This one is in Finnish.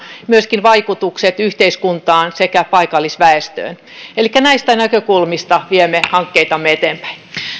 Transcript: myöskin vaikutukset yhteiskuntaan sekä paikallisväestöön elikkä näistä näkökulmista viemme hankkeitamme eteenpäin